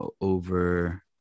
over